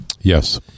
Yes